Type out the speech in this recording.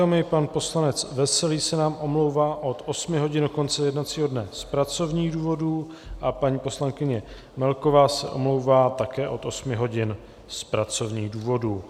Pan poslanec Veselý se nám omlouvá od osmi hodin do konce jednacího dne z pracovních důvodů a paní poslankyně Melková se omlouvá také od osmi hodin z pracovních důvodů.